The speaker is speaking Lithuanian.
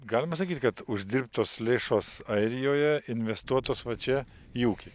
galima sakyt kad uždirbtos lėšos airijoje investuotos va čia į ūkį